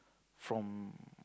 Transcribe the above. from